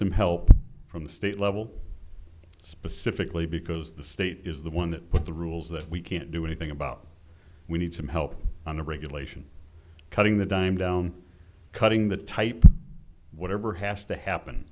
some help from the state level specifically because the state is the one that put the rules that we can't do anything about we need some help on the regulation cutting the dime down cutting the type whatever has to happen